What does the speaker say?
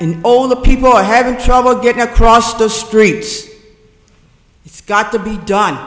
and all the people are having trouble getting across the streets it's got to be done